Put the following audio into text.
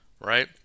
Right